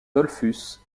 dollfus